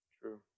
True